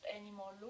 anymore